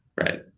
Right